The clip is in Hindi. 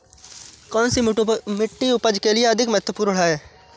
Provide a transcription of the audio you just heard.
कौन सी मिट्टी उपज के लिए अधिक महत्वपूर्ण है?